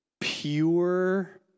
pure